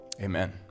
Amen